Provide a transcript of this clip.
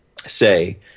say